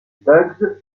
bugs